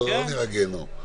לא נראה גיהינום.